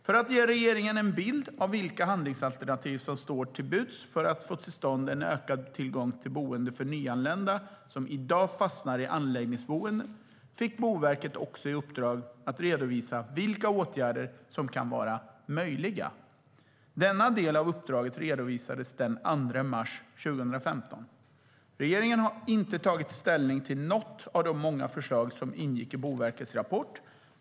För att ge regeringen en bild av vilka handlingsalternativ som står till buds för att få till stånd en ökad tillgång till boende för nyanlända som i dag fastnar i anläggningsboenden fick Boverket också i uppdrag att redovisa vilka åtgärder som kan vara möjliga. Denna del av uppdraget redovisades den 2 mars 2015. Regeringen har inte tagit ställning till något av de många förslag som ingick i Boverkets rapport.